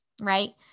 right